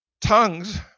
Tongues